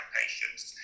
patients